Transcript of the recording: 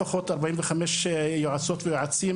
לפחות 45 יועצות ויועצים,